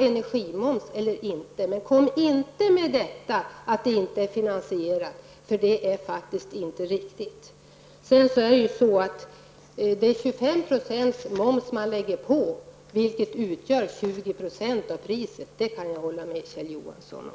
energimomsens varande eller icke varande. Kom dock inte med argumentet att det inte är finansierat. Det är faktiskt inte riktigt. Man lägger på 25 % moms, vilket utgör 20 % av priset. Det kan jag hålla med Kjell Johansson om.